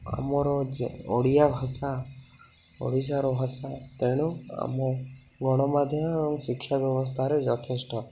ଆମର ଯେ ଓଡ଼ିଆ ଭାଷା ଓଡ଼ିଶାର ଭାଷା ତେଣୁ ଆମ ଗଣମାଧ୍ୟମ ଏବଂ ଶିକ୍ଷା ବ୍ୟବସ୍ଥାରେ ଯଥେଷ୍ଟ